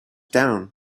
down